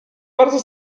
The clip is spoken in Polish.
bardzo